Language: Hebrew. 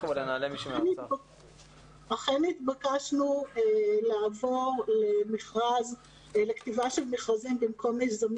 אכן נתבקשנו לעבור לכתיבה של מכרזים במקום מיזמים